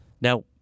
Now